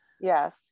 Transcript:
yes